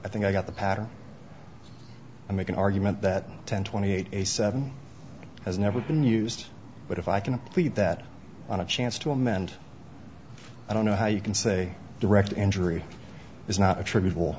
i think i got the pattern i make an argument that ten twenty eight a seven has never been used but if i can plead that on a chance to amend i don't know how you can say direct injury is not attributable